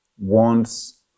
wants